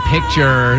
picture